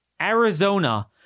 Arizona